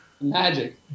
Magic